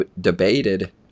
debated